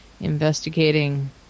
investigating